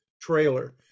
Trailer